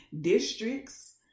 districts